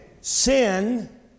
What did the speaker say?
sin